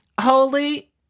Holy